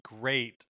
great